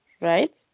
right